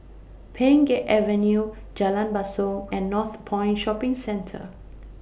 Pheng Geck Avenue Jalan Basong and Northpoint Shopping Centre